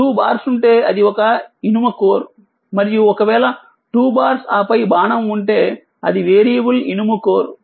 2బార్స్ఉంటేఅది ఒక ఇనుము కోర్ మరియు ఒకవేళ 2బార్స్ ఆపై బాణం ఉంటే వేరియబుల్ ఇనుము కోర్